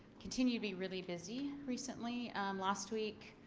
continue to be really busy recently last week.